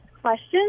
questions